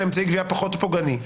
לאמצעי גבייה פחות פוגעני.